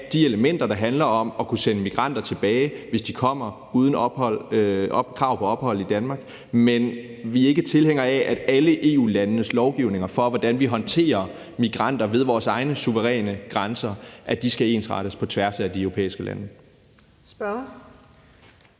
de elementer, der handler om at kunne sende migranter tilbage, hvis de kommer uden krav på ophold i Danmark, men vi er ikke tilhængere af, at alle EU-landenes lovgivninger for, hvordan vi håndterer migranter ved vores egne suveræne grænser, skal ensrettes på tværs af de europæiske lande. Kl.